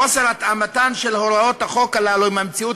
חוסר ההתאמה של הוראות החוק הללו למציאות